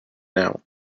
now